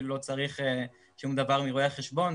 אפילו לא צריך שום דבר מרואה החשבון.